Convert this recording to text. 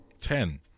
ten